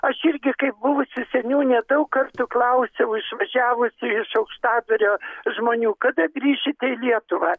aš irgi kaip buvusi seniūnė daug kartų klausiau išvažiavusių iš aukštadvario žmonių kada grįšite į lietuvą